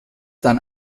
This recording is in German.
dann